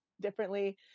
differently